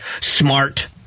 smart